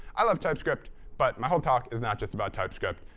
i love typescript, but my whole talk is not just about typescript.